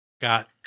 got